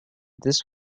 this